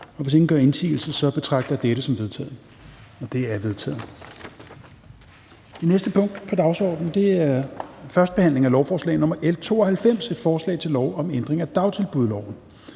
Hvis ingen gør indsigelse, betragter jeg dette som vedtaget. Det er vedtaget. --- Det næste punkt på dagsordenen er: 25) 1. behandling af lovforslag nr. L 92: Forslag til lov om ændring af dagtilbudsloven.